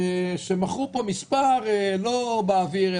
שבחרו מספר לא באוויר,